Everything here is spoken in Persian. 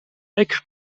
فکر